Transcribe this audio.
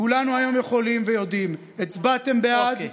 כולנו היום יכולים ויודעים: הצבעתם בעד,